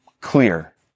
clear